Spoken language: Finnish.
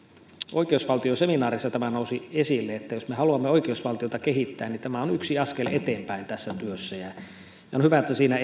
oikeusvaltioseminaarissa tämä nousi esille että jos me haluamme oikeusvaltiota kehittää niin tämä on yksi askel eteenpäin tässä työssä on hyvä että siinä